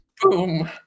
Boom